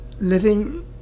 living